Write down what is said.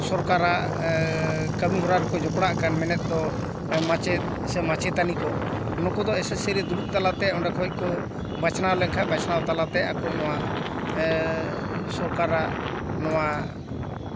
ᱥᱚᱨᱠᱟᱨᱟᱜ ᱠᱟᱹᱢᱤ ᱦᱚᱨᱟ ᱨᱮᱠᱚ ᱡᱚᱯᱲᱟᱜ ᱠᱟᱱ ᱢᱮᱱᱮᱫ ᱫᱚ ᱢᱟᱪᱮᱫ ᱥᱮ ᱢᱟᱪᱮᱛᱟᱱᱤ ᱠᱚ ᱱᱩᱠᱩ ᱫᱚ ᱮᱥᱮᱥᱥᱤ ᱨᱮ ᱫᱩᱲᱩᱵ ᱛᱟᱞᱟᱛᱮ ᱚᱸᱰᱮ ᱠᱷᱚᱱ ᱠᱚ ᱵᱟᱪᱷᱱᱟᱣ ᱞᱮᱱᱠᱷᱟᱱ ᱵᱟᱪᱷᱟᱣ ᱛᱟᱞᱟᱛᱮ ᱟᱠᱚ ᱱᱚᱣᱟ ᱥᱚᱨᱠᱟᱨᱟᱜ ᱱᱚᱣᱟ